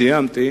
שסיימתי